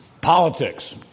Politics